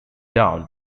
down